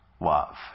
love